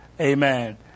Amen